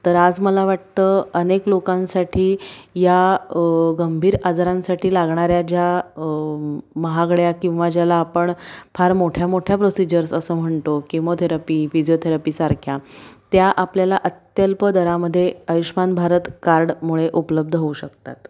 तर आज मला वाटतं अनेक लोकांसाठी या गंभीर आजारांसाठी लागणाऱ्या ज्या महागड्या किंवा ज्याला आपण फार मोठ्या मोठ्या प्रोसिजर्स असं म्हणतो केमोथेरपी फिजिओथेरपीसारख्या त्या आपल्याला अत्यल्प दरामध्ये आयुषमान भारत कार्डमुळे उपलब्ध होऊ शकतात